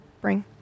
bring